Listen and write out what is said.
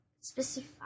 specify